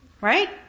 right